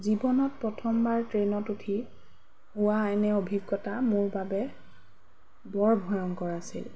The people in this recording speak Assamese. জীৱনত প্ৰথমবাৰ ট্ৰেইনত উঠি হোৱা এনে অভিজ্ঞতা মোৰ বাবে বৰ ভয়ংকৰ আছিল